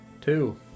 Two